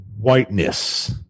whiteness